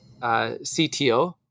CTO